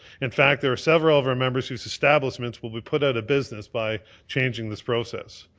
in fact, there are several of our members whose establishments will be put out of business by changing this process.